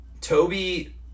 Toby